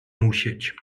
musieć